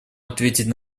ответить